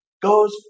goes